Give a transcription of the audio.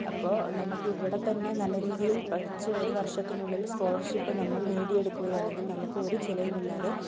അപ്പോൾ നമുക്ക് ഇവിടെ തന്നെ നല്ല രീതിയിൽ പഠിച്ച് ഒരു വർഷത്തിനുള്ളിൽ സ്കോളർഷിപ്പ് നമ്മൾ നേടി എടുക്കുകയാണെങ്കിൽ നമുക്ക് ഒരു ചിലവും ഇല്ലാതെ